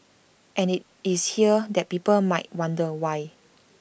and IT is here that people might wonder why